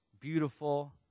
beautiful